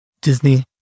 Disney